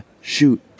shoot